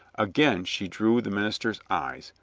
again she drew the minister's eyes,